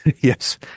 yes